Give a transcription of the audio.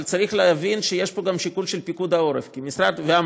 אבל צריך להבין שיש פה גם שיקול של פיקוד העורף ומל"ל.